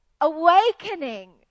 awakening